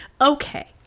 okay